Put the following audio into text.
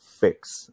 fix